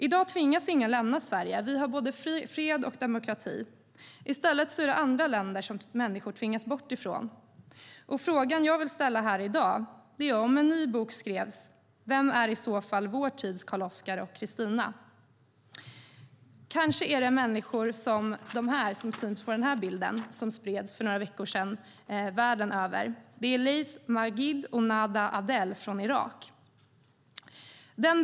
I dag tvingas ingen lämna Sverige. Vi har både fred och demokrati. I stället är det andra länder som människor tvingas bort ifrån. Frågan jag vill ställa här i dag är: Om en ny bok skrevs, vilka skulle i så fall bli vår tids Karl-Oskar och Kristina? Kanske är det de människor som syns på den bild jag visar upp. Den spreds för några veckor sedan världen över och visar Laith Majid och Nada Adel från Irak.